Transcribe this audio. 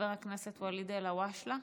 חבר הכנסת ואליד אלהואשלה,